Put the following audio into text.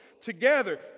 together